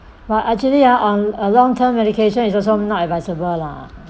but actually ah on a long term medication is also not advisable lah